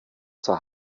zur